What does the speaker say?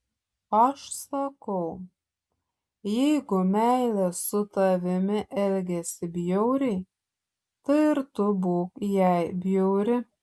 aš sakau jeigu meilė su tavimi elgiasi bjauriai tai ir tu būk jai bjauri